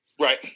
Right